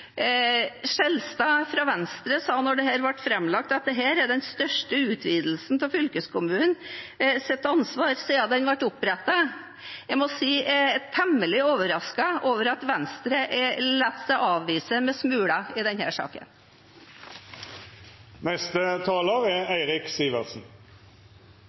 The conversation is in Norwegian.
Skjelstad fra Venstre sa, da dette ble lagt fram, at dette er den største utvidelsen av fylkeskommunenes ansvar siden de ble opprettet. Jeg må si jeg er temmelig overrasket over at Venstre lar seg avspise med smuler i denne saken. Kommunene er